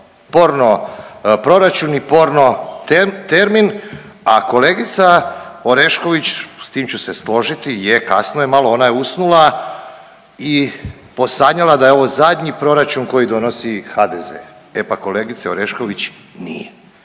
porno proračun i porno termin, a kolegica Orešković s tim ću se složiti, je kasno je malo, ona je usnula i posanjala da je ovo zadnji proračun koji donosi HDZ. E pa kolegice Orešković nije,